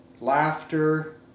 laughter